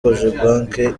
cogebanque